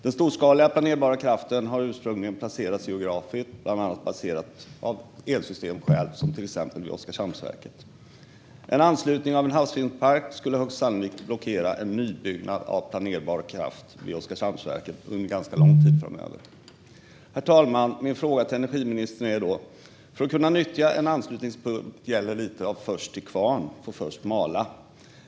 Den storskaliga planerbara kraften har ursprungligen placerats geografiskt bland annat baserat på elsystemskäl, till exempel i Oskarshamnsverket. En anslutning av en havsvindpark skulle högst sannolikt blockera en nybyggnad av planerbar kraft vid Oskarshamnsverket under ganska lång tid framöver. Herr talman! Jag har därför en fråga till energiministern. För att kunna nyttja en anslutningspunkt gäller lite grann av först till kvarn får först mala.